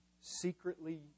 secretly